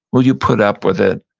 will you put up with it?